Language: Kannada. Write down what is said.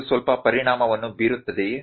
ಇದು ಸ್ವಲ್ಪ ಪರಿಣಾಮವನ್ನು ಬೀರುತ್ತದೆಯೇ